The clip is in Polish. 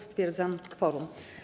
Stwierdzam kworum.